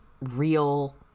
real